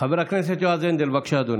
חבר הכנסת יועז הנדל, בבקשה, אדוני.